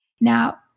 Now